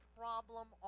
problem